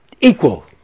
equal